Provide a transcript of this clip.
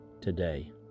today